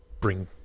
bring